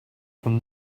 from